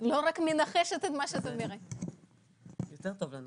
הטבלה מולי,